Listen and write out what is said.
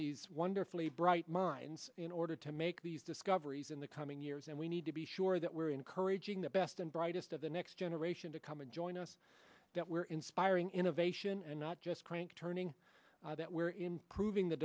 these wonderfully bright minds in order to make these discoveries in the coming years and we need to be sure that we're encouraging the best and brightest of the next generation to come and join us that we're inspiring innovation and not just crank turning that we're improving the